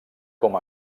com